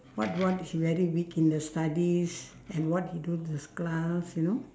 what what he very weak in the studies and what he do in his class you know